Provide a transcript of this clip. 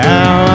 Now